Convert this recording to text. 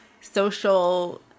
social